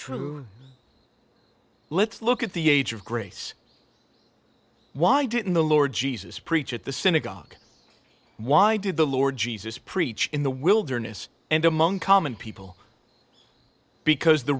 true let's look at the age of grace why didn't the lord jesus preach at the synagogue why did the lord jesus preach in the wilderness and among common people because the